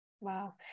Wow